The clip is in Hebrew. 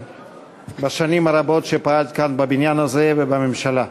בשנים הרבות שפעלת כאן בבניין הזה ובממשלה.